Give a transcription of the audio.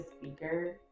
speaker